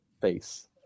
face